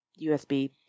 USB